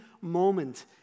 moment